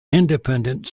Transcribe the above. independent